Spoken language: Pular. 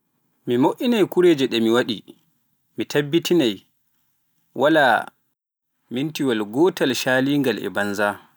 Waɗu baa'a jahoowo e jamaanu, yahruɗo caggal e jamaanu yontere wootere go'o. noy ghatta?